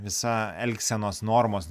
visa elgsenos normos